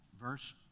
verse